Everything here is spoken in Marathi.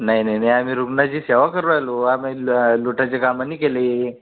नाही नाही नाही आम्ही रुग्णाची सेवा करून राहिलो आम्ही लुटायची कामं नाही केली